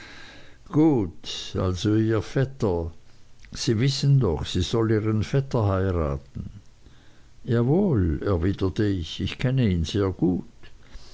gut also ihr vetter sie wissen doch sie soll ihren vetter heiraten jawohl erwiderte ich ich kenne ihn sehr gut